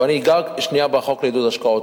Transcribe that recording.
אבל אני אגע שנייה בחוק לעידוד השקעות